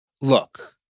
Look